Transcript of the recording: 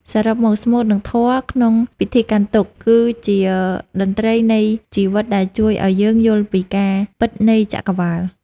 សរុបមក ស្មូត និងធម៌ក្នុងពិធីកាន់ទុក្ខ គឺជាតន្ត្រីនៃជីវិតដែលជួយឱ្យយើងយល់ពីការពិតនៃចក្រវាល។